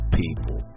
people